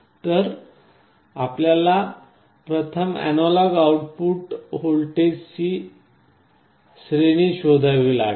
तर आपल्याला प्रथम अॅनालॉग आउटपुट व्होल्टेजची श्रेणी शोधावी लागेल